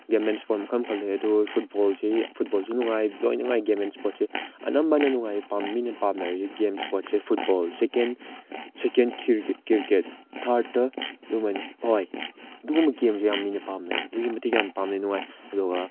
game and sport ꯃꯈꯜ ꯃꯈꯜ ꯂꯩꯔꯦ ꯑꯗꯣ ꯐꯨꯠꯕꯣꯜꯁꯤ ꯐꯨꯠꯕꯣꯜꯁꯨ ꯅꯨꯡꯉꯥꯏ ꯂꯣꯏ ꯅꯨꯡꯉꯥꯏ ꯒꯦꯝ ꯑꯦꯟ ꯏꯁꯄꯣꯔꯠꯁꯨ ꯑꯅꯝꯕꯅ ꯅꯨꯡꯉꯥꯏ ꯄꯥꯝ ꯃꯤꯅ ꯄꯥꯝꯅꯔꯤ ꯒꯦꯝ ꯏꯁꯄꯣꯔꯠꯁꯦ ꯐꯨꯠꯕꯣꯜ ꯁꯦꯀꯦꯟ ꯀ꯭ꯔꯤꯛꯀꯦꯠ ꯊꯥꯔꯠꯇ ꯑꯗꯨꯃꯥꯏꯅ ꯑꯣꯏ ꯑꯗꯨꯒꯨꯝꯕ ꯒꯦꯝꯁꯦ ꯃꯤꯅ ꯌꯥꯝ ꯄꯥꯝꯅꯩ ꯑꯗꯨꯛꯀꯤ ꯃꯇꯤꯛ ꯌꯥꯝꯅ ꯄꯥꯝꯅꯩ ꯅꯨꯡꯉꯥꯏ ꯑꯗꯨꯒ